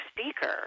speaker